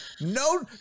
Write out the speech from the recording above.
no